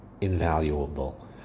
invaluable